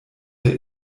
der